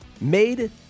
Made